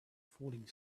falling